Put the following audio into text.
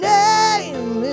name